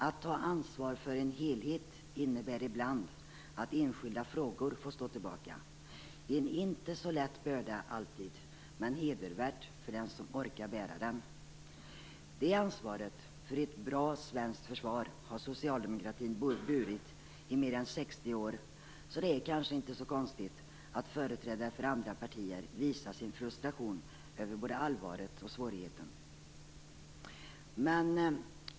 Att ta ansvar för en helhet innebär ibland att enskilda frågor får stå tillbaka - en börda som inte alltid är så lätt, men hedervärd för den som orkar bära den. Det ansvaret för ett bra svenskt försvar har socialdemokratin burit i mer än 60 år, så det är kanske inte så konstigt att företrädare för andra partier visar sin frustration över både allvaret och svårigheterna.